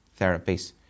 therapies